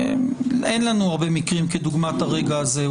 אין לנו הרבה מקרים כדוגמת הרגע הזה.